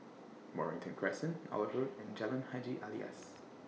Mornington Crescent Olive Road and Jalan Haji Alias